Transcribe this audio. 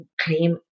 claim